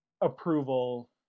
approval